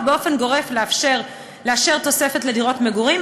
באופן גורף לאשר תוספת לדירות מגורים,